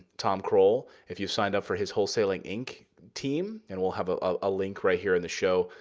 tom krol. if you signed up for his wholesaling inc. team, and we'll have a ah link right here in the show.